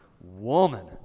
Woman